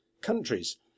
countries